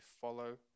follow